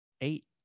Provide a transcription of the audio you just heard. eight